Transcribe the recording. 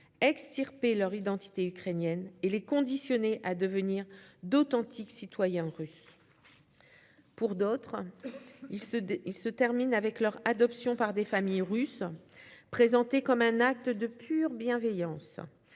extirper » leur identité ukrainienne et les conditionner à devenir d'authentiques citoyens russes. Pour d'autres, le parcours se termine par leur adoption par des familles russes, présentée comme un acte de pure bienveillance.